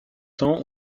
temps